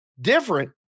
different